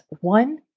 One